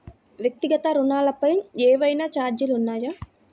వ్యక్తిగత ఋణాలపై ఏవైనా ఛార్జీలు ఉన్నాయా?